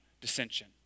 dissension